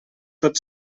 tot